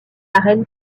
reine